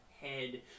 head